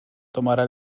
tomará